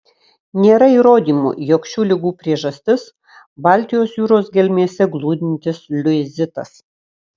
nėra įrodymų jog šių ligų priežastis baltijos jūros gelmėse glūdintis liuizitas